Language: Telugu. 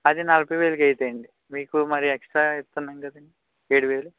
అది నలభైవేలకు అయిపోయింది మీకు మరి ఎక్సట్రా ఇస్తున్నాము కదండి ఏడువేలు